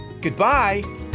Goodbye